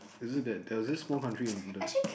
is it that there's this small country in the